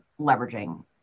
leveraging